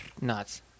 nuts